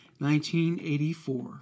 1984